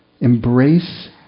embrace